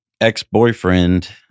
ex-boyfriend